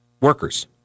workers